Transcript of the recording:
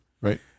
Right